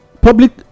public